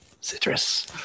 citrus